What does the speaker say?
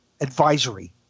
Advisory